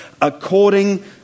according